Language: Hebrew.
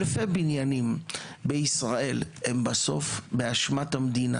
אלפי בניינים בישראל הם בסוף באשמת המדינה.